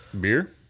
Beer